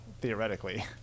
theoretically